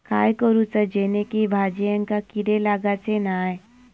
काय करूचा जेणेकी भाजायेंका किडे लागाचे नाय?